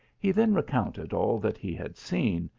he then recounted all that he had seen,